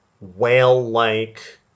whale-like